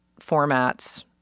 formats